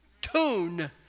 tune